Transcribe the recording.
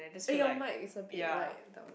eh your mic is a bit like down